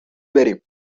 بریم